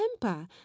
temper